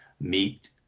meet